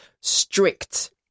strict